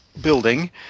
building